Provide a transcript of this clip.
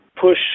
push